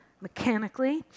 mechanically